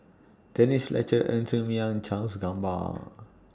Denise Fletcher Ng Ser Miang Charles Gamba